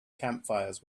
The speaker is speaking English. campfires